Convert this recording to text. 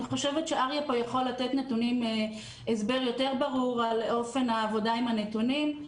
אני חושבת שאריה פה יכול לתת הסבר יותר ברור על אופן העבודה עם הנתונים.